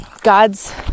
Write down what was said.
God's